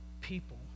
people